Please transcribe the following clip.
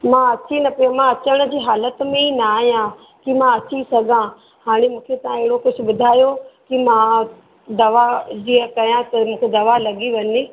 मां अची न पियो मां अचनि जी हालति में ई न आहियां की मां अची सघां हाली मूंखे तव्हां अहिड़ो कुझु ॿुधायो की मां दवा जीअं कयां तुरंतु दवा लगी वञे